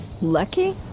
Lucky